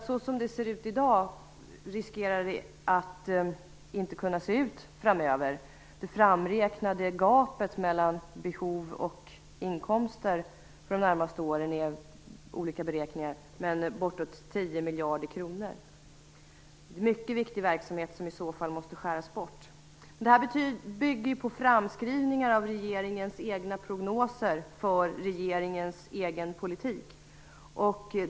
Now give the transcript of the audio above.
Som det ser ut i dag riskerar vi att det inte kommer att kunna se ut framöver. Det framräknade gapet mellan behov och inkomster för de närmaste åren är, även om det finns olika beräkningar, bortåt 10 miljarder kronor. Det är mycket viktig verksamhet som i så fall måste skäras bort. Det här bygger på framskrivningar av regeringens egna prognoser för regeringens egen politik.